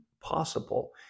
possible